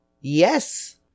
Yes